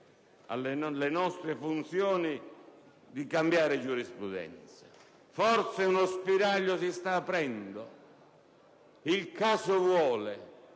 alle nostre funzioni, di cambiare giurisprudenza. Forse uno spiraglio si sta aprendo. Il caso vuole